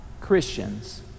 Christians